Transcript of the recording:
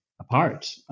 apart